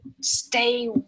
stay